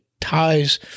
ties